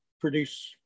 produce